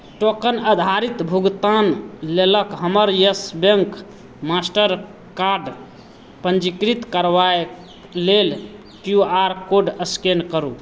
token अधारित भुगतान लेलक हमर यस बैंक मास्टर कार्ड पञ्जीकृत करबाक लेल क्यू आर कोड स्कैन करू